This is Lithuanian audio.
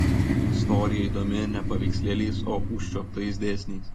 istorija įdomi ne paveikslėliais o užčiuoptais dėsniais